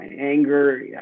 anger